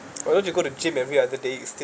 although you go to gym every other day you still